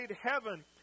heaven